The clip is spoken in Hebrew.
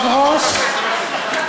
ולא, החוק הזה זה לא הפתרון.